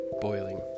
Boiling